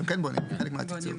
כן, זה חלק מהתקציב.